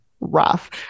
rough